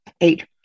Eight